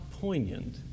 poignant